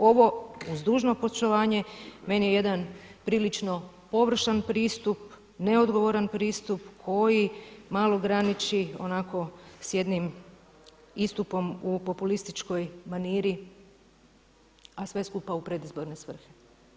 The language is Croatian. Ovo uz dužno poštovanje meni je jedan prilično površan pristup, neodgovoran pristup koji malo graniči onako s jednim istupom u populističkoj maniri a sve skupa u predizborne svrhe.